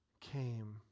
came